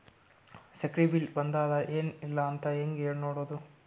ಸಕ್ರಿ ಬಿಲ್ ಬಂದಾದ ಏನ್ ಇಲ್ಲ ಅಂತ ಹೆಂಗ್ ನೋಡುದು?